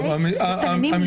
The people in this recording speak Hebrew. מסתננים לא מועסקים רק בניקיון.